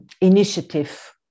initiative